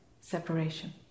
separation